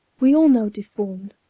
we all know deformed.